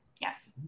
Yes